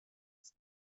نیست